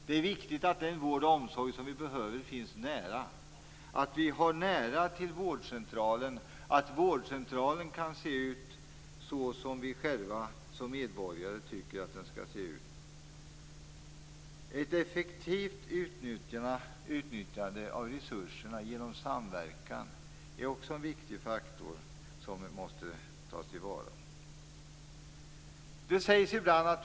Det är viktigt att den vård och omsorg som vi behöver finns nära, att vi har nära till vårdcentralen, att vårdcentralen kan se ut så som vi själva som medborgare tycker att den skall se ut. Ett effektivt utnyttjande av resurserna genom samverkan är också en viktig faktor som måste tas till vara.